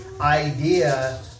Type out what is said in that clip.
idea